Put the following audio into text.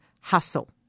hustle